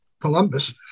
Columbus